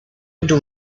into